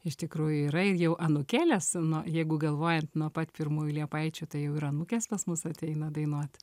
iš tikrųjų yra ir jau anūkėlės nu jeigu galvojant nuo pat pirmųjų liepaičių tai jau ir anūkės pas mus ateina dainuot